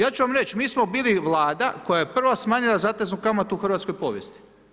Ja ću vam reći, mi smo bili Vlada koja je prva smanjila zateznu kamatu u hrvatskoj povijesti.